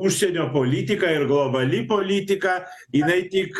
užsienio politika ir globali politika jinai tik